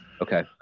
okay